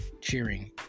cheering